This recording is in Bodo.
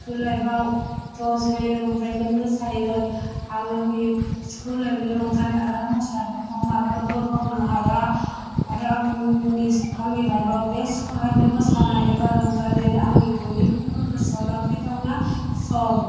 स्कुल लाइफआव ज' ज'यै रंजायोमोन मोसायोमोन आं आंनि स्कुल लाइफनि रंजानाय आरो मोसानायखौ मालाबाबो बावनो हाया आरो आंनि आंनि लाइफआव बेस्ट स्कुल लाइफनि मोसानाय एबा रंजानायानो आंनि बयनिख्रुइबो गोसोआव लाखिथावना सम